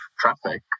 traffic